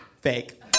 Fake